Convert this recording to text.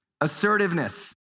Assertiveness